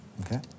Okay